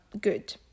good